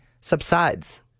subsides